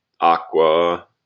Aqua